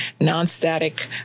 non-static